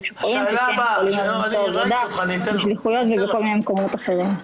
משוחררים שכן יכולים למצוא עבודה בשליחויות ובכל מיני מקומות אחרים.